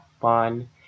fun